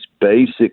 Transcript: basic